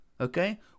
okay